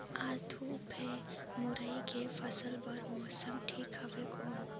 आज धूप हे मुरई के फसल बार मौसम ठीक हवय कौन?